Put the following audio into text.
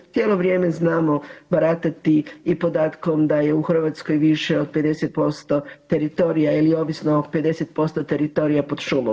Cijelo vrijeme znamo baratati i podatkom da je u Hrvatskoj više od 50% teritorija ili ovisno o 50% teritorija pod šumom.